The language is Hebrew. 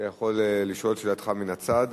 בבקשה, אתה יכול לשאול את שאלתך מן הצד.